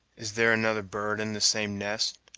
is there another bird in the same nest!